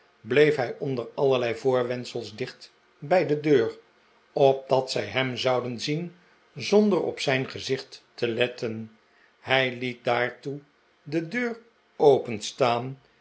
bleef hij onder allerlei voorwendsels dicht bij de deur opdat zij hem zouden zien zonder op zijn gezicht te letten hij liet daartoe de deur openstaan